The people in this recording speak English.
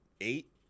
eight